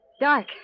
Dark